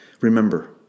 Remember